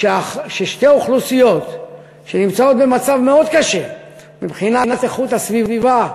ששתי האוכלוסיות שנמצאות במצב מאוד קשה מבחינת איכות הסביבה,